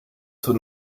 zur